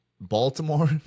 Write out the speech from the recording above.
baltimore